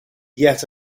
yet